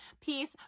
peace